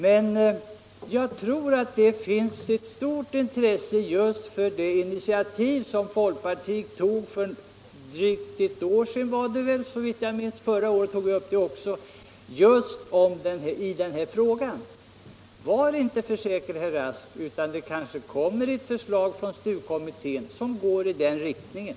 Men jag tror att det finns ett stort intresse just för det initiativ som folkpartiet såvitt jag minns för drygt ett år sedan tog just i denna fråga. Vi tog upp den förra året också. Var inte för säker, herr Rask. Det kanske kommer ett förslag från STU-kommittén som går i den riktningen.